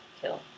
kill